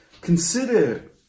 Consider